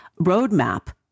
roadmap